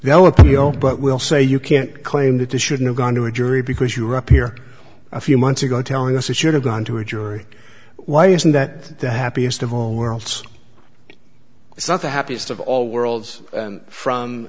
they'll appeal but we'll say you can't claim that the should've gone to a jury because you're up here a few months ago telling us it should have gone to a jury why isn't that the happiest of all worlds it's not the happiest of all worlds